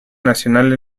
nacional